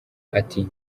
ati